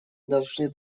должны